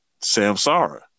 Samsara